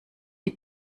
die